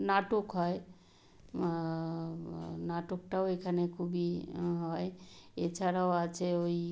নাটক হয় নাটকটাও এখানে খুবই হয় এছাড়াও আছে ওই